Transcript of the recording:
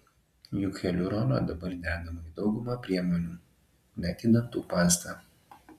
juk hialurono dabar dedama į daugumą priemonių net į dantų pastą